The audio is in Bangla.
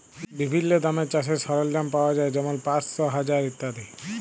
বিভিল্ল্য দামে চাষের সরল্জাম পাউয়া যায় যেমল পাঁশশ, হাজার ইত্যাদি